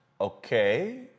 Okay